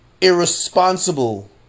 irresponsible